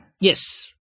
Yes